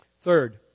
Third